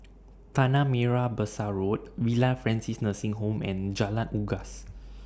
Tanah Merah Besar Road Villa Francis Nursing Home and Jalan Unggas